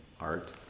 art